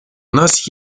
нас